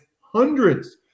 hundreds